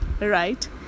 right